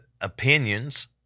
opinions